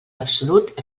absolut